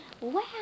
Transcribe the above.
Wow